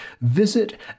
Visit